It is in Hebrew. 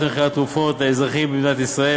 מחירי התרופות לאזרחים במדינת ישראל,